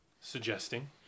suggesting